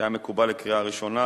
שהיה מקובל לקריאה ראשונה,